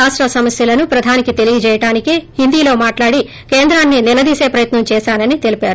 రాష్ట సమస్తులను ప్రధానికి తెలియజేయడానికే హిందీలో మాట్లాడి కేంద్రాన్ని నిలేదీస్ ప్రయత్నం చేశానని తెలిపారు